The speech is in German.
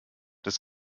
das